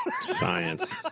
Science